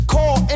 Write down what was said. Call